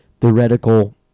theoretical